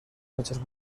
noches